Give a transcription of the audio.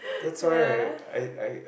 that's right right I I